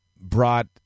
brought